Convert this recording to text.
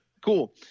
Cool